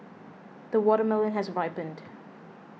the watermelon has ripened